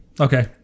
okay